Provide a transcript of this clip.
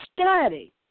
study